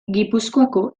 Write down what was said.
gipuzkoako